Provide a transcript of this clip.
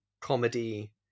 comedy